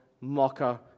mocker